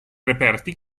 reperti